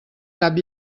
cap